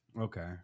Okay